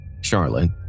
Charlotte